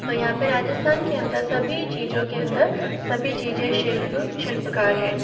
तो यहाँ पर राजस्थान के अंदर सभी चीज़ों के अंदर सभी चीज़ें शिल्प शिल्पकार हैं